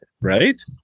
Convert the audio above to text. right